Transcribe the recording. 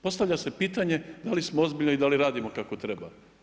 Postavlja se pitanje da li smo ozbiljni i da li radimo kako treba.